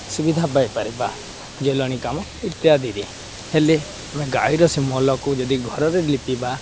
ସୁବିଧା ପାଇପାରିବା ଜାଳେଣି କାମ ଇତ୍ୟାଦିରେ ହେଲେ ଆମେ ଗାଈର ସେ ମଳକୁ ଯଦି ଘରରେ ଲିପିବା